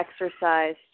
exercise